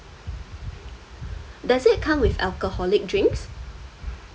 does it come with alcoholic drinks